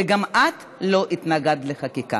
וגם את לא התנגדת לחקיקה